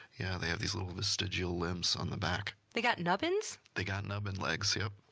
yeah, they have these little vestigial limbs on the back. they got nubbins? they got nubbin legs, yup.